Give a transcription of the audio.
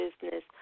business